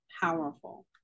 powerful